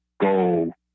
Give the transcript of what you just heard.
go